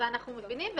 ואנחנו מבינים,